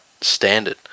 standard